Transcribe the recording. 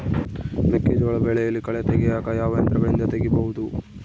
ಮೆಕ್ಕೆಜೋಳ ಬೆಳೆಯಲ್ಲಿ ಕಳೆ ತೆಗಿಯಾಕ ಯಾವ ಯಂತ್ರಗಳಿಂದ ತೆಗಿಬಹುದು?